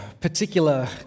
particular